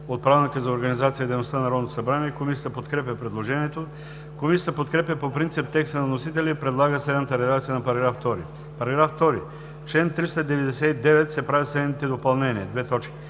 от Правилника за организацията и дейността на Народното събрание. Комисията подкрепя предложението. Комисията подкрепя по принцип текста на вносителя и предлага следната редакция на § 2: „§ 2. В чл. 399 се правят следните допълнения: 1. В ал.